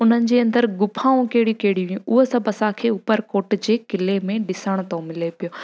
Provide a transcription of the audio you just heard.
उननि जे अंदरु गुफाऊं कहिड़ी कहिड़ी हुयूं उहो सभु असांखे ऊपरकोट जे क़िले में ॾिसण थो मिले पियो